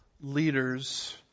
leaders